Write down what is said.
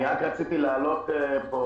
אני רק רציתי להעלות פה,